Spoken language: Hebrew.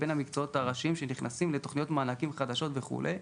בין המקצועות הראשיים שנכנסים לתוכניות מענקים חדשות וכולי.